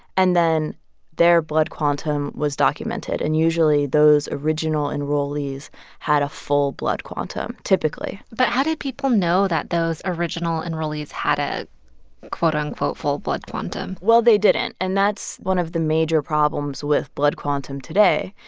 and then their blood quantum was documented. and usually, those original enrollees had a full-blood quantum, typically but how did people know that those original enrollees had a quote, unquote, full-blood quantum? well, they didn't. and that's one of the major problems with blood quantum today,